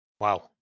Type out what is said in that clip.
Wow